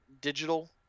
digital